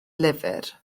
lyfr